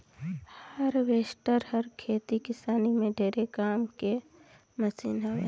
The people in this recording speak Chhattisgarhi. हारवेस्टर हर खेती किसानी में ढेरे काम के मसीन हवे